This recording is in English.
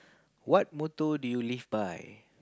what motto do you live by